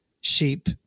sheep